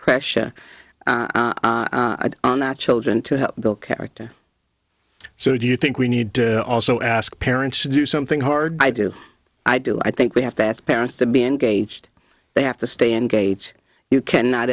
pressure on our children to help build character so do you think we need to also ask parents to do something hard i do i do i think we have to ask parents to be engaged they have to stay engage you cannot